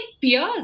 peers